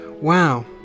wow